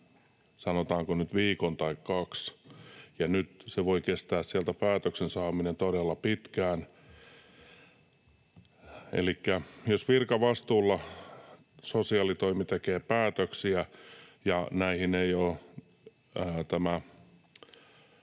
sanotaanko nyt, viikon tai kaksi, ja nyt päätöksen saaminen sieltä voi kestää todella pitkään. Elikkä jos virkavastuulla sosiaalitoimi tekee päätöksiä ja näihin ei ole tämä